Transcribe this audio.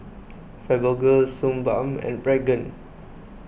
Fibogel Suu Balm and Pregain